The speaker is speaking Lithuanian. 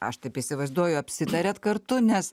aš taip įsivaizduoju apsitariat kartu nes